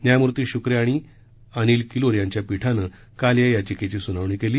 न्यायमूर्ती शुक्रे आणि अनिल किलोर यांच्या पीठानं काल या याचिकेवर सुनावणी केली